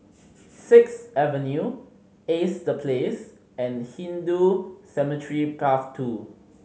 Sixth Avenue Ace The Place and Hindu Cemetery Path Two